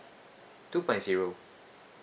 two point zero